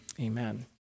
Amen